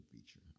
feature